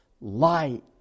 light